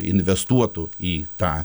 investuotų į tą